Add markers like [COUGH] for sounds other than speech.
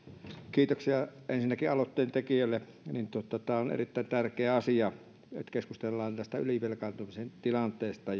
kiitoksia ensinnäkin aloitteen tekijälle tämä on erittäin tärkeä asia että keskustellaan ylivelkaantumisen tilanteesta [UNINTELLIGIBLE]